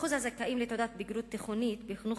שיעור הזכאים לתעודת בגרות תיכונית בחינוך